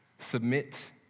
Submit